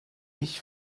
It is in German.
ich